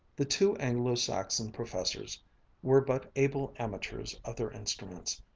the two anglo-saxon, professors were but able amateurs of their instruments.